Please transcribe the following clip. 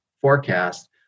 forecast